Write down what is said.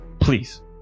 please